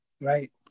Right